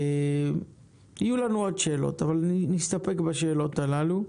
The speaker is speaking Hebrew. יהיו לנו עוד שאלות אבל נסתפק בשאלות הללו.